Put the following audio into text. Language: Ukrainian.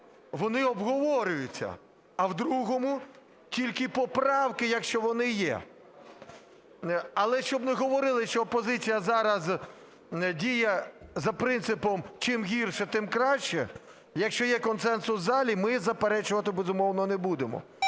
вони обговорюються, а в другому тільки поправки, якщо вони є. Але, щоб не говорили, що опозиція зараз діє за принципом чим гірше, тим краще, якщо є консенсус в залі, ми заперечувати, безумовно, не будемо.